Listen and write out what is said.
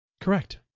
correct